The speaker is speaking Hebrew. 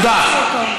הוא רוצה שיוציאו אותו.